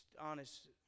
honest